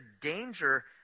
danger